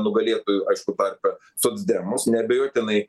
nugalėtojų aišku tarpe socdemus neabejotinai